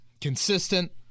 Consistent